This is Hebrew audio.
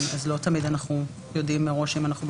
ולא תמיד אנחנו יודעים מראש אם יש בעיה,